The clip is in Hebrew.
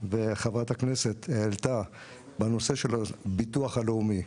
וחברת הכנסת העלו בנושא של הביטוח לאומי.